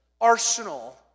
arsenal